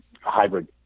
hybrid